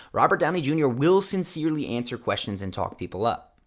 robert downey jr. will sincerely answer questions and talk people up.